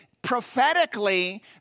prophetically